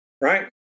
right